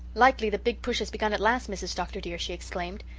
likely the big push has begun at last, mrs. dr. dear, she exclaimed,